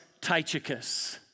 Tychicus